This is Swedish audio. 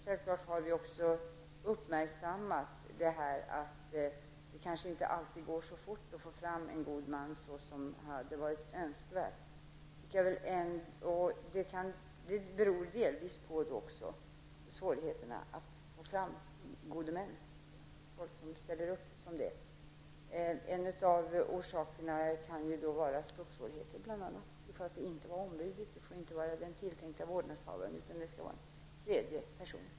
Självfallet har vi också uppmärksammat det förhållandet att det kanske inte alltid går så fort att få fram en god man som hade varit önskvärt. Det kan delvis bero på svårigheterna att få människor att ställa upp som gode män. En av anledningarna härtill kan vara språksvårigheter. Den gode mannen får inte vara ombudet och inte heller den tilltänkte vårdnadshavaren, utan det skall vara en tredje person.